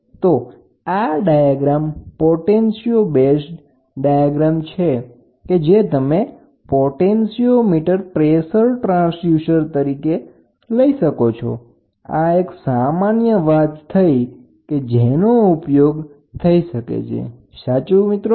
તો આ ડાયાગ્રામને પોટેન્શીઓમીટર પ્રેસર ટ્રાન્સડ્યુસર માટે પોટેન્શિયો બેઝ્ડ બ્લોક ડાયાગ્રામ છે તો આ બ્લોક ડાયાગ્રામ છે આ ઉપયોગમાં લેવામાં આવતો વિશિષ્ટ પ્રકાર છે બરાબર